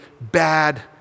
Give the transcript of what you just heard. bad